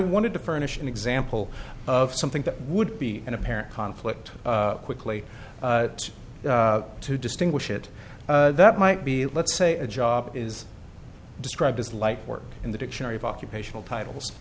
wanted to furnish an example of something that would be an apparent conflict quickly to distinguish it that might be let's say a job is described as light work in the dictionary of occupational titles